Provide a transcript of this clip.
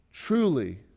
Truly